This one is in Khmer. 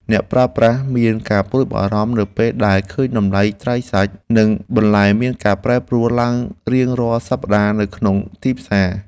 អ្នកប្រើប្រាស់មានការព្រួយបារម្ភនៅពេលដែលឃើញតម្លៃត្រីសាច់ និងបន្លែមានការប្រែប្រួលឡើងរៀងរាល់សប្តាហ៍នៅក្នុងទីផ្សារ។